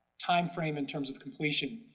time frame in terms of completion.